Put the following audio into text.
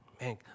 Man